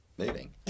Moving